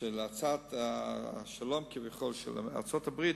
של הצעת השלום, כביכול, של ארצות-הברית,